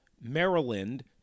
Maryland